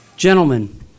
Gentlemen